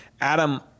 Adam